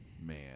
Man